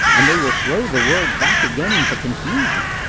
and they will throw the world back again into confusion.